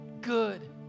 good